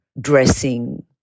dressing